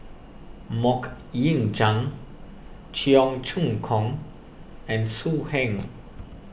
Mok Ying Jang Cheong Choong Kong and So Heng